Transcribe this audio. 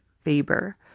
Faber